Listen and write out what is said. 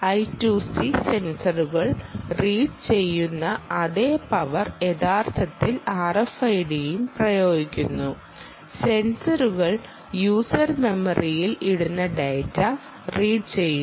I 2 C സെൻസറുകൾ read ചെയ്യുന്ന അതേ പവർ യഥാർത്ഥത്തിൽ RFID ലും പ്രയോഗിക്കുന്നു സെൻസെറുകൾ യൂസർ മെമ്മറിയിൽ ഇടുന്ന ഡാറ്റ റീഡ് ചെയ്യുന്നു